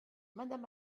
madame